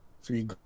three